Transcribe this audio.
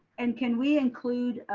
and can we include